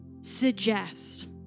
suggest